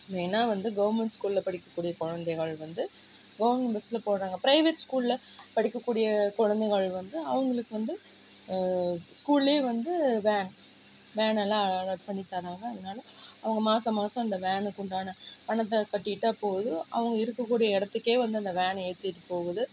மெயினாக வந்து கவர்மெண்ட் ஸ்கூலில் படிக்கக்கூடிய குழந்தைகள் வந்து கவர்மெண்ட் பஸ்ஸில் போகிறாங்க ப்ரைவேட் ஸ்கூலில் படிக்கக்கூடிய குழந்தைகள் வந்து அவுங்களுக்கு வந்து ஸ்கூல்லே வந்து வேன் வேனெல்லாம் அலாட் பண்ணி தர்றாங்க அதனால் அவங்க மாத மாதம் அந்த வேனுக்குண்டான பணத்தை கட்டிட்டால் போதும் அவங்க இருக்கக்கூடிய இடத்துக்கே வந்து அந்த வேனு ஏற்றிட்டு போகுது